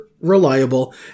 reliable